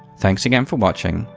thanks again for watching,